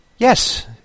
Yes